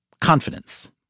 Confidence